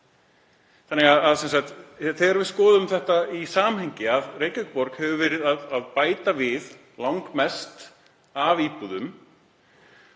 kostnaðarsamt. Þegar við skoðum þetta í því samhengi að Reykjavíkurborg hefur verið að bæta við langmest af íbúðum